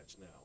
now